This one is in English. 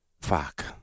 Fuck